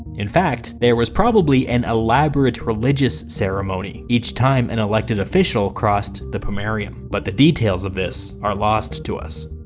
in fact, there was probably an elaborate religious ceremony each time an elected official crossed the pomerium, but the details of this are lost to us.